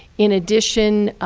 in addition,